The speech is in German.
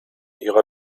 ihrer